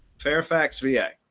fairfax va. yeah